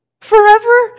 Forever